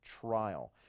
trial